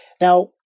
Now